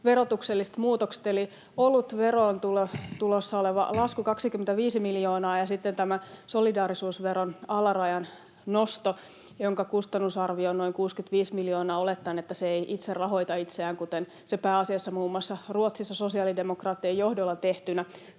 verotukselliset muutokset, olutveroon tulossa oleva lasku, 25 miljoonaa, ja sitten tämä solidaarisuusveron alarajan nosto, jonka kustannusarvio on noin 65 miljoonaa olettaen, että se ei itse rahoita itseään, kuten se pääasiassa muun muassa Ruotsissa sosiaalidemokraattien johdolla tehtynä